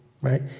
right